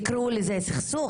תקראו לזה סכסוך,